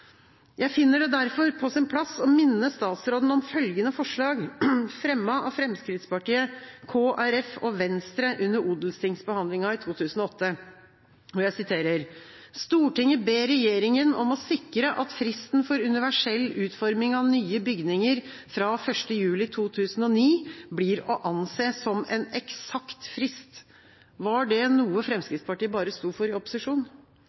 Jeg finner det derfor på sin plass å minne statsråden om følgende forslag, fremmet av Fremskrittspartiet, Kristelig Folkeparti og Venstre under odelstingsbehandlinga i 2008: «Stortinget ber Regjeringen om å sikre at fristen for universell utforming av nye bygninger fra l. juli 2009 blir å anse som en eksakt frist.» Var det noe Fremskrittspartiet bare sto for i opposisjon?